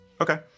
okay